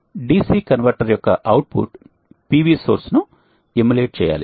DC converter యొక్క output PV source ను emulate చేయాలి